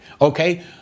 okay